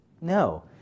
No